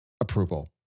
approval